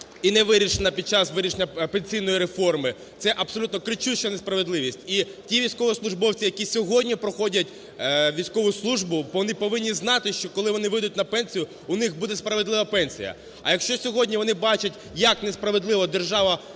і не вирішена під час вирішення пенсійної реформи, - це абсолютно кричуща несправедливість. І ті військовослужбовці, які сьогодні проходять військову службу, вони повинні знати, що коли вони вийдуть на пенсію, у них буде справедлива пенсія. А якщо сьогодні вони бачать, як несправедливо держава